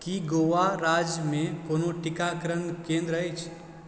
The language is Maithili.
की गोवा राज्यमे कोनो टीकाकरण केंद्र अछि